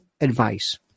advice